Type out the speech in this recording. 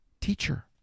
teacher